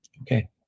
Okay